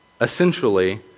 essentially